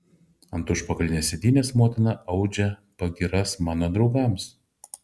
ant užpakalinės sėdynės motina audžia pagyras mano draugams